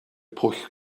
pwll